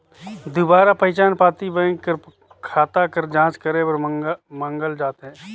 दुबारा पहिचान पाती बेंक कर खाता कर जांच करे बर मांगल जाथे